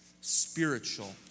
spiritual